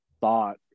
thought